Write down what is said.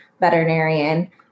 veterinarian